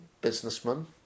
businessman